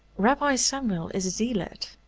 rabbi samuel is a zealot.